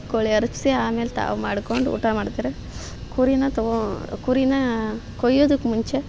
ಕೋಳಿ ಅರ್ಪಿಸಿ ಆಮೇಲೆ ತಾವು ಮಾಡಿಕೊಂಡು ಊಟ ಮಾಡ್ತಾರೆ ಕುರೀನ ತೊಗೋ ಕುರೀನ ಕೊಯ್ಯೋದಕ್ಕೆ ಮುಂಚೆ